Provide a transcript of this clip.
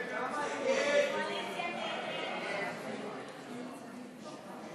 סתיו שפיר, איציק שמולי, עמר בר-לב, יחיאל